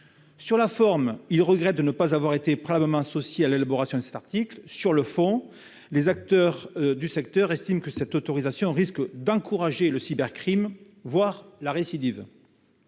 Sur la forme, ils regrettent de ne pas avoir été préalablement associés à l'élaboration de cet article. Sur le fond, les acteurs du secteur estiment que cette autorisation risque d'encourager le cybercrime, voire la récidive,